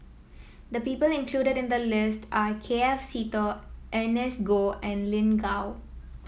the people included in the list are K F Seetoh Ernest Goh and Lin Gao